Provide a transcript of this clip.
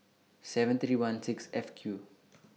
seven three one six F Q